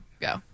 Go